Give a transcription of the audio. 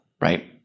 right